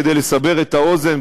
כדי לסבר את האוזן,